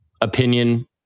opinion